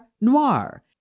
noir